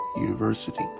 University